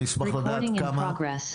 אני אשמח לדעת כמה,